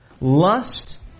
Lust